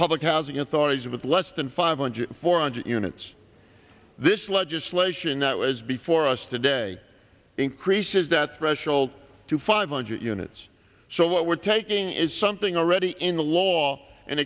public housing authorities with less than five hundred four hundred units this legislation that was before us today increases that threshold to five hundred units so what we're taking is something already in the law and